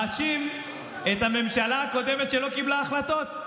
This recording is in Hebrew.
מאשים את הממשלה הקודמת שלא קיבלה החלטות.